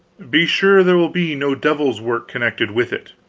be sure there will be no devil's work connected with it.